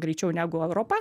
greičiau negu europa